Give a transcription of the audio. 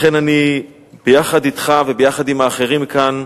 לכן אני, ביחד אתך וביחד עם האחרים כאן,